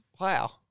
Wow